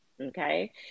okay